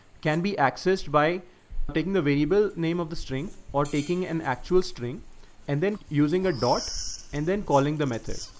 can be accessed by taking the variable name of the string or taking an actual string and then using a dot and then calling the metric.